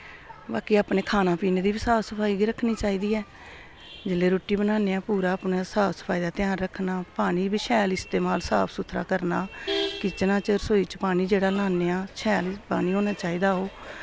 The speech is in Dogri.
बाकी अपने खाना पीने दी बी साफ सफाई गै रक्खनी चाहिदी ऐ जिल्लै रुट्टी बनाने आं पूरा अपना साफ सफाई दा ध्यान रक्खना पानी बी शैल इस्तमाल साफ सुथरा करना किचना च रसोई च पानी जेह्ड़ा लाने आं शैल पानी होना चाहिदा ओह्